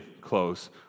close